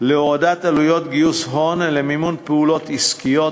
להורדת עלויות גיוס הון ולמימון פעולות עסקיות,